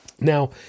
Now